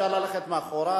אפשר ללכת מאחור,